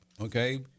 Okay